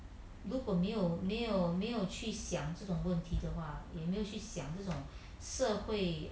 如果没有没有没有去想这种问题的话也没有去想这种社会